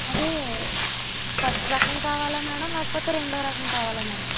అదే ఫస్టు రకం కావలా మేడమ్ లేకపోతే రెండో రకం కావాలా మేడమ్